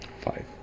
five